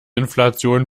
inflation